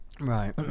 right